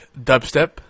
Dubstep